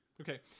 Okay